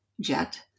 jet